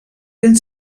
ben